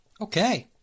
Okay